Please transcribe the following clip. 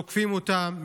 תוקפים אותם,